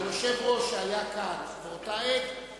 היושב-ראש שהיה כאן באותה עת,